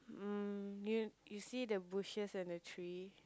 you you see the bushes on the tree